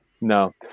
No